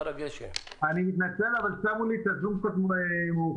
אני מתנצל, שמו לי את הזום קצת מאוחר.